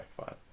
fine